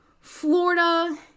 Florida